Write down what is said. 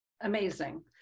Amazing